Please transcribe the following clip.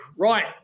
Right